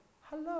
Hello